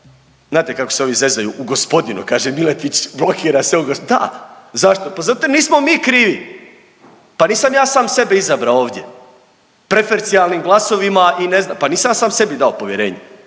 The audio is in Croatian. Znate kako se ovi zezaju, u gospodinu, kaže Miletić blokira sve u go…, da, zašto? Pa zato jer nismo mi krivi, pa nisam ja sam sebe izabrao ovdje, prefercijalnim glasovima i ne znam, pa nisam ja sam sebi dao povjerenje